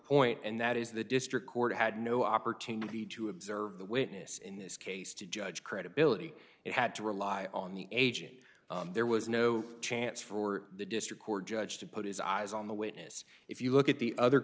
point and that is the district court had no opportunity to observe the witness in this case to judge credibility it had to rely on the agent there was no chance for the district court judge to put his eyes on the witness if you look at the other